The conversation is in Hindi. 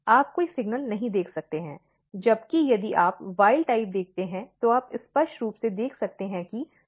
आप कोई सिग्नल नहीं देख सकते हैं जबकि यदि आप जंगली प्रकार देखते हैं तो आप स्पष्ट रूप से देख सकते हैं कि SHORTROOT प्रोटीन चल रहे हैं